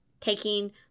taking